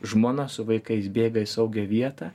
žmona su vaikais bėga į saugią vietą